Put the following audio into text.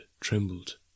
trembled